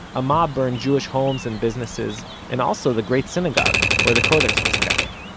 a mob burned jewish homes and businesses and also the great synagogue where the codex was kept.